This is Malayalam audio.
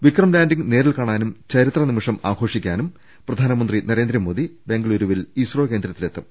വിക്രം ലാൻഡിങ് നേരിൽ കാണാനും ചരിത്ര നിമിഷം ആഘോ ഷിക്കാനും പ്രധാനമന്ത്രി നരേന്ദ്രമോദി ബംഗുളൂരുവിൽ ഇസ്രോ കേന്ദ്രത്തിലെത്തും